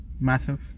Massive